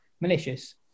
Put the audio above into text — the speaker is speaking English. malicious